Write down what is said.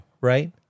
Right